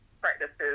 practices